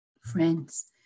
friends